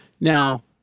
Now